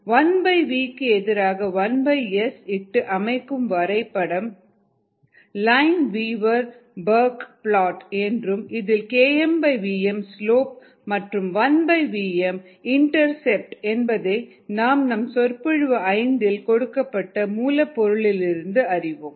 1v க்கு எதிராக 1S இட்டு அமைக்கும் வரைபடம் லைன்வீவர் பர்க்கி பிளாட் என்றும் இதில் Kmvm ஸ்லோப் மற்றும் 1vm இன்டர் செப்ட் என்பதை நாம் நம் சொற்பொழிவு 5 இல் கொடுக்கப்பட்ட மூலப் பொருளிலிருந்து அறிவோம்